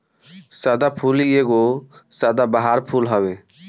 सदाफुली एगो सदाबहार फूल हवे